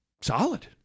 solid